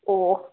ꯑꯣ